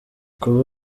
kuba